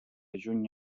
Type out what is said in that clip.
juny